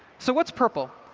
so what's prpl?